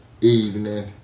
evening